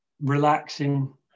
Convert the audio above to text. relaxing